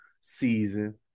season